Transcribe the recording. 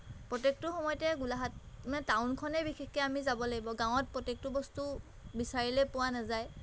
প্ৰত্যেকটো সময়তে গোলাঘাট মানে টাউনখনে বিশেষকৈ আমি যাব লাগিব গাঁৱত প্ৰত্যেকটো বস্তু বিচাৰিলৈ পোৱা নাযায়